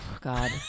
God